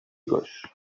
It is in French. gauche